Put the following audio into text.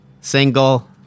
Single